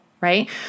right